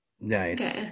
Nice